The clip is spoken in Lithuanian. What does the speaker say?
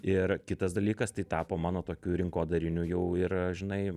ir kitas dalykas tai tapo mano tokiu rinkodariniu jau ir žinai